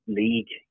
league